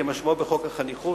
כמשמעותו בחוק החניכות,